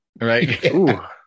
right